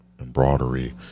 embroidery